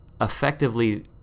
effectively